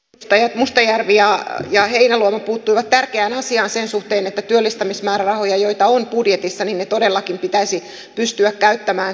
vire mustajärvi ja ja heinäluoma puuttui tärkeään asiaan sen suhteen että työllistämismäärärahoja joita on budjetissa niin ne todellakin pitäisi pystyä käyttämään